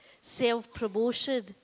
self-promotion